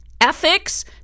ethics